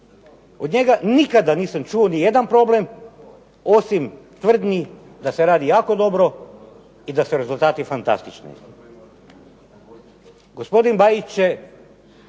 Od njega nikada nisam čuo nijedan problem, osim tvrdnji da se jako dobro i da su rezultati fantastični.